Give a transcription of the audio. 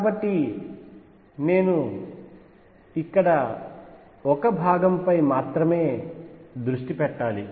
కాబట్టి నేను ఇక్కడ ఒక భాగంపై మాత్రమే దృష్టి పెట్టాలి